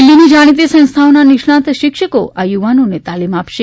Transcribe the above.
દિલ્ફીની જાણીતી સંસ્થાઓના નિષ્ણાંત શિક્ષકો યુવાનોને તાલિમ આપશે